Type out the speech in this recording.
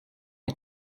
est